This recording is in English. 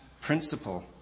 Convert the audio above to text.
principle